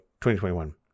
2021